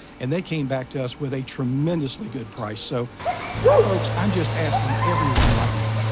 and they came back to us with a tremendously good price. so folks, i'm just asking everyone right now,